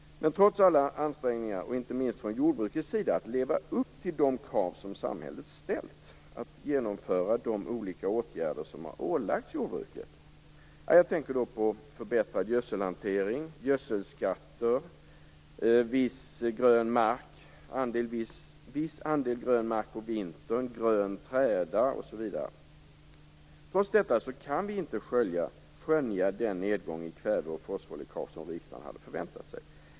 Men trots alla ansträngningar, inte minst från jordbrukets sida, att leva upp till de krav som samhället ställt och att genomföra de olika åtgärder som har ålagts jordbruket - jag tänker på förbättrad gödselhantering, gödselskatter, viss andel grön mark på vintern, grön träda - kan vi inte skönja den nedgång i kväve och fosforläckage som riksdagen hade förväntat sig.